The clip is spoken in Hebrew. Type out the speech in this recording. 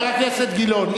חבר הכנסת גילאון,